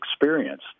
experience